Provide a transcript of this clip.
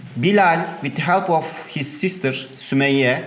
bilal with help of his sister, sumeyye,